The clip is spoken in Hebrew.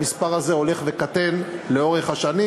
המספר הזה הולך וקטן לאורך השנים,